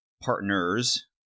partners